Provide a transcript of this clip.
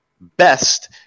best